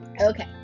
okay